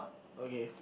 okay